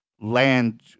land